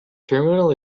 terminal